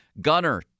Gunner